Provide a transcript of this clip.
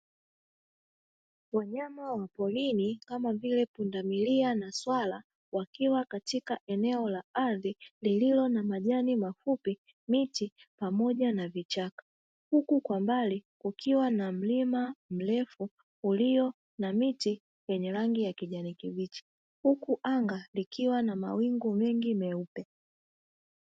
Wanyama wa porini kama vile pundamilia na swala wakiwa katika eneo la ardhi lililo na majani mafupi, miti pamoja na vichaka huku kwa mbali kukiwa na mlima mrefu ulio na miti yenye rangi ya kijani kibichi huku anga likiwa na mawingu mengi meupe.